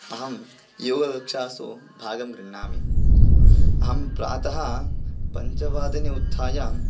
अहं योगगक्षासु भागं गृण्हामि अहं प्रातः पञ्चवादने उत्थाय